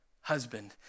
husband